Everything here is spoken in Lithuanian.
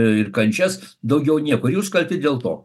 ir kančias daugiau nieko jūs kalti dėl to